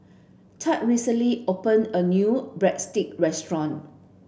Tad recently opened a new Breadstick restaurant